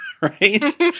right